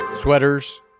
Sweaters